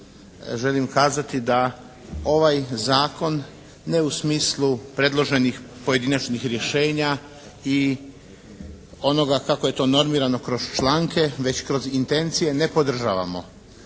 želim kazat da ovaj zakon ne u smislu predloženih pojedinačnih rješenja i onoga kako je to normirano kroz članke već kroz intencije ne podržavamo.